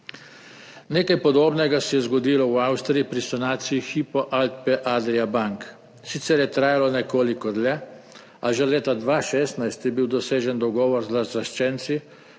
Nekaj podobnega se je zgodilo v Avstriji pri sanaciji Hypo Alpe Adria Bank. Sicer je trajalo nekoliko dlje, a že leta 2016 je bil dosežen dogovor z razlaščenci